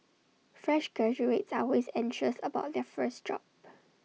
fresh graduates are always anxious about their first job